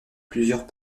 plusieurs